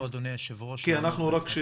כי אנחנו רק,